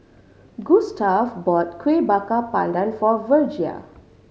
Gustav bought Kuih Bakar Pandan for Virgia